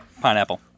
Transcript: Pineapple